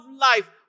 life